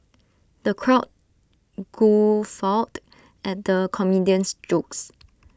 the crowd guffawed at the comedian's jokes